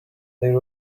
they